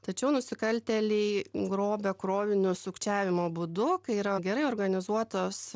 tačiau nusikaltėliai grobia krovinius sukčiavimo būdu kai yra gerai organizuotos